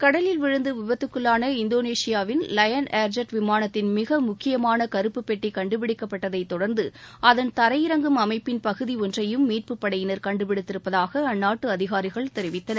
கடலில் விழுந்து விபத்துக்குள்ளான இந்தோனேஷியாவின் வயன் ஏர்ஜெட் விமானத்தின் மிக முக்கியமான கறுப்பு பெட்டி கண்டுபிடிக்கப்பட்டதை தொடர்ந்து அதன் தரையிறங்கும் அமைப்பின் பகுதி ஒன்றையும் மீட்பு படையினர் கண்டுபிடித்திருப்பதாக அந்நாட்டு அதிகாரிகள் தெரிவித்தனர்